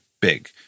big